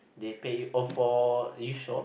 they pay you oh for East Shore